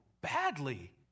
badly